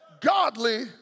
godly